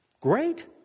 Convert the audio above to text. Great